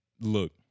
look